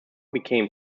became